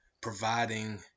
providing